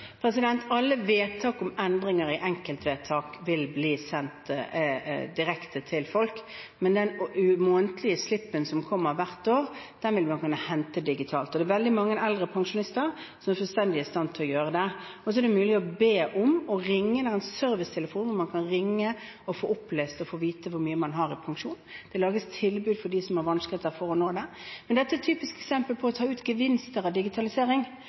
Alle vedtak om endringer i enkeltvedtak vil bli sendt direkte til folk, men den månedlige slippen vil man kunne hente digitalt. Det er veldig mange eldre pensjonister som er fullstendig i stand til å gjøre det. Og så er det mulig å ringe en servicetelefon og be om å få opplest hvor mye man har i pensjon. Det lages tilbud for dem som har vanskeligheter med det. Dette er et typisk eksempel på å ta ut gevinster av digitalisering.